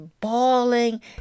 bawling